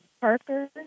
Parker